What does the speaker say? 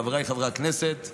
חבריי חברי הכנסת,